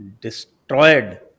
destroyed